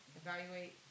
evaluate